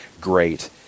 great